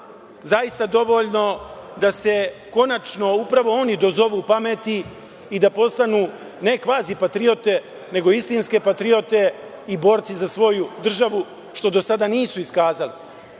zaista dovoljno da se konačno upravo oni dozovu pameti i da postanu ne kvazi patriote nego istinske patriote i borci za svoju državu, što do sada nisu iskazali. Iz